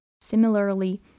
Similarly